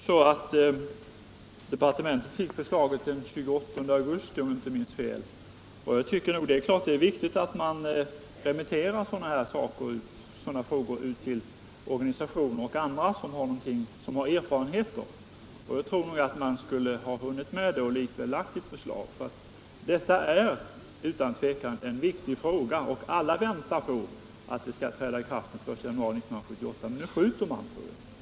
Herr talman! Departementet fick förslaget den 28 augusti, om jag inte minns fel. Det är klart att det är viktigt att man remitterar sådana här utredningar till organisationer och andra som har erfarenheter. Det tror jag att man skulle ha hunnit med och ändå kunnat framlägga ett förslag under hösten. Detta är utan tvivel en viktig fråga, och alla väntar på att reformen skall träda i kraft den 1 januari 1978. Men nu skjuter man på det.